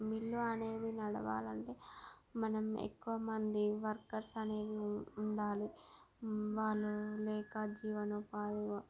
mill అనేది నడవాలంటే మనం ఎక్కువ మంది వర్కర్స్ అనేది ఉండాలి వాళ్ళు లేక జీవనోపాధి